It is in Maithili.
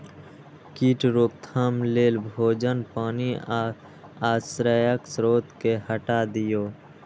कीट रोकथाम लेल भोजन, पानि आ आश्रयक स्रोत कें हटा दियौ